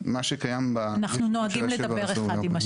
אנחנו נוהגים לדבר אחד עם השני.